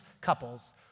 couples